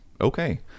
okay